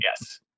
Yes